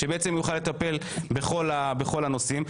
שבעצם יוכל לטפל בכל הנושאים.